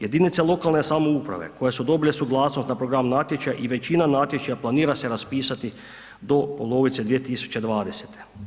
Jedinice lokalne samouprave koje su dobile suglasnost na program natječaja i većina natječaja planira se raspisati do polovice 2020.